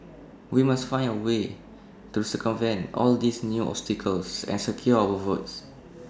we must find A way to circumvent all these new obstacles and secure our votes